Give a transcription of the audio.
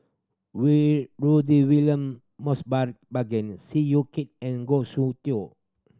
Rudy William Mosbergen Seow Yit Kin and Goh Soon Tioe